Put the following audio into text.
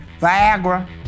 viagra